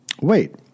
Wait